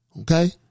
Okay